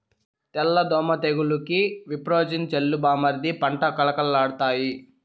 తెల్ల దోమ తెగులుకి విప్రోజిన్ చల్లు బామ్మర్ది పంట కళకళలాడతాయి